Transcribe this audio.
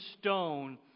stone